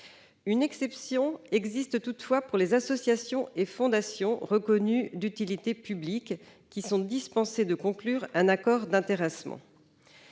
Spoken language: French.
Une exception existe toutefois pour les associations et fondations reconnues d'utilité publique, qui sont dispensées de conclure un accord d'intéressement.